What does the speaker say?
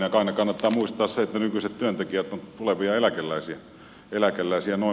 aina kannattaa muistaa se että nykyiset työntekijät ovat tulevia eläkeläisiä jnp